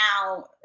now